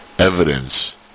evidence